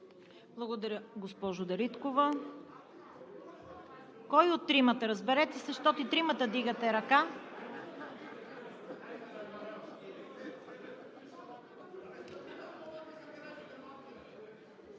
Благодаря, госпожо Дариткова. Кой от тримата? Разберете се, защото и тримата вдигате ръка. ГЕОРГИ